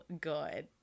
good